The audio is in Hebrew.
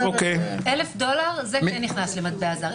1,000 דולר זה כן נכנס למטבע זר.